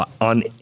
on